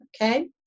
okay